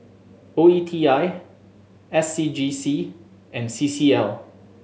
O E T I S C G C and C C L